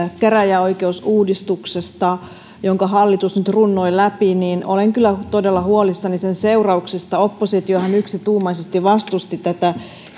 käräjäoikeusuudistuksesta jonka hallitus nyt runnoi läpi olen kyllä todella huolissani sen seurauksista oppositiohan yksituumaisesti vastusti tätä